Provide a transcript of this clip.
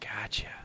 gotcha